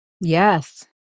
Yes